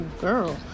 girl